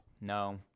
No